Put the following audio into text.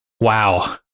wow